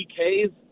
PKs